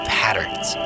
patterns